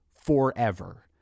forever